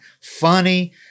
funny